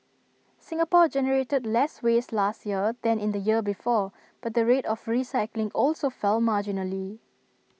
Singapore generated less waste last year than in the year before but the rate of recycling also fell marginally